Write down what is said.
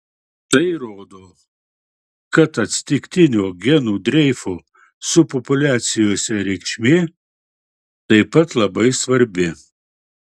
tai rodo kad atsitiktinio genų dreifo subpopuliacijose reikšmė taip pat labai svarbi